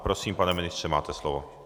Prosím, pane ministře, máte slovo.